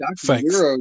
Thanks